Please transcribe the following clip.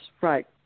Right